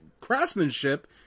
craftsmanship